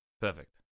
Perfect